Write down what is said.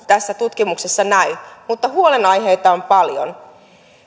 tässä tutkimuksessa näy mutta huolenaiheita on paljon